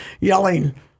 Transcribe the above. yelling